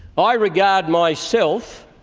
i regard myself